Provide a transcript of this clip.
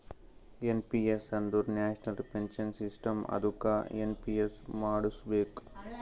N P S ಅಂದುರ್ national pension system ಅದ್ದುಕ NPS ಮಾಡುಸ್ಬೇಕ್